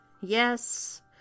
yes